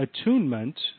attunement